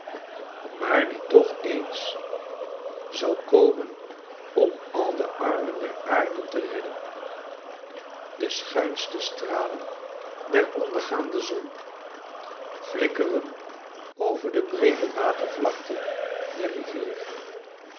maar die toch eens zal komen om al de armen der aarde te redden de schuinsche stralen der ondergaande zon flikkeren over de breede watervlakte der rivier